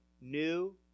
new